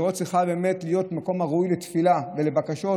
מירון צריכה להיות מקום הראוי לתפילה ולבקשות